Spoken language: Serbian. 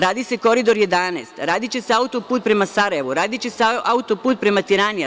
Radi se Koridor 11, radiće se autoput prema Sarajevu, radiće se autoput prema Tirani.